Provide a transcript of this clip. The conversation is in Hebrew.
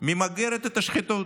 ממגר את השחיתות,